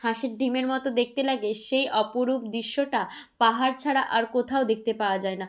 হাঁসের ডিমের মতো দেখতে লাগে সেই অপরূপ দৃশ্যটা পাহাড় ছাড়া আর কোথাও দেখতে পাওয়া যায় না